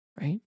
Right